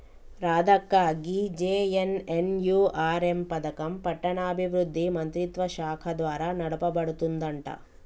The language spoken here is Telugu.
రాధక్క గీ జె.ఎన్.ఎన్.యు.ఆర్.ఎం పథకం పట్టణాభివృద్ధి మంత్రిత్వ శాఖ ద్వారా నడపబడుతుందంట